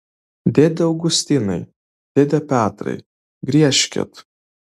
dėde augustinai dėde petrai griežkit